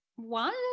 One